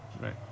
Right